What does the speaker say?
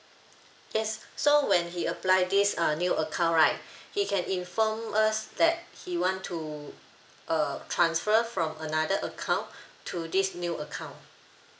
yes so when he apply this uh new account right he can inform us that he want to uh transfer from another account to this new account